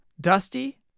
Dusty